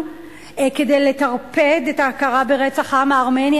כדי לטרפד את ההכרה ברצח העם הארמני.